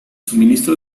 suministro